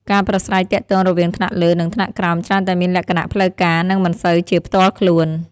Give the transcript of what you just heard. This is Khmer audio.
ការប្រាស្រ័យទាក់ទងរវាងថ្នាក់លើ និងថ្នាក់ក្រោមច្រើនតែមានលក្ខណៈផ្លូវការ និងមិនសូវជាផ្ទាល់ខ្លួន។